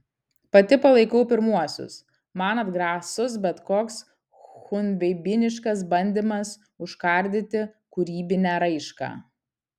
pati palaikau pirmuosius man atgrasus bet koks chunveibiniškas bandymas užkardyti kūrybinę raišką